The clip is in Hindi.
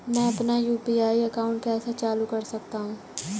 मैं अपना यू.पी.आई अकाउंट कैसे चालू कर सकता हूँ?